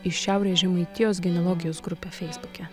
į šiaurės žemaitijos genealogijos grupę feisbuke